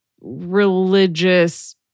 religious